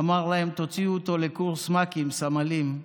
אמר להם: תוציאו אותו לקורס מ"כים, סמלים,